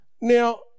Now